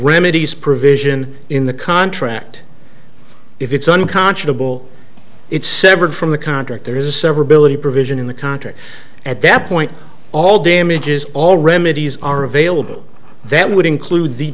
remedies provision in the contract if it's unconscionable it's severed from the contract there is a severability provision in the contract at that point all damages all remedies are available that would include the